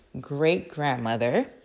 great-grandmother